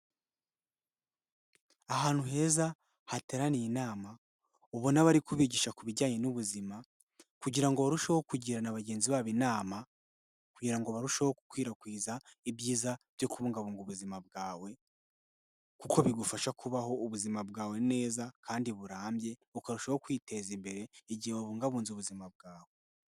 Ahantu heza hateraniye inama, ubona bari kubigisha ku bijyanye n'ubuzima, kugira ngo barusheho kugira na bagenzi babo inama, kugira ngo barusheho gukwirakwiza ibyiza byo kubungabunga ubuzima bwawe, kuko bigufasha kubaho ubuzima bwawe neza kandi burambye, ukarushaho kwiteza imbere igihe wabungabunze ubuzima bwawe.